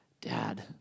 dad